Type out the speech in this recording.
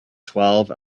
twelve